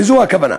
זו הכוונה.